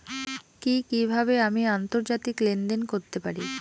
কি কিভাবে আমি আন্তর্জাতিক লেনদেন করতে পারি?